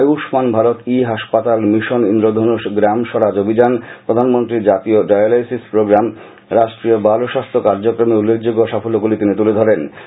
আয়ুম্মান ভারত ই হাসপাতাল মিশন ইন্দ্রধনুষ গ্রাম স্বরাজ অভিযান প্রধানমন্ত্রী জাতীয় ডায়ালাইসিস প্রোগ্রাম রাষ্ট্রীয় বাল স্বাস্থ্য কার্যক্রমে উল্লেখযোগ্য সাফল্যগুলি তিনি তুলে ধরেন